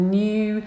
new